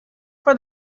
for